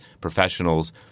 professionals